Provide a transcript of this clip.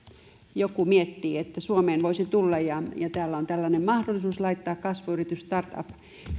joku miettii että suomeen voisi tulla ja ja täällä on tällainen mahdollisuus laittaa kasvuyritys